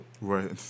Right